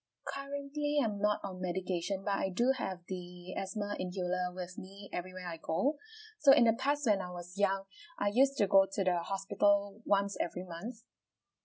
currently I'm not on medication but I do have the asthma inhaler with me everywhere I go so in the past when I was young I used to go to the hospital once every month